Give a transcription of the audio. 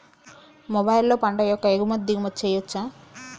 మొబైల్లో పంట యొక్క ఎగుమతి దిగుమతి చెయ్యచ్చా?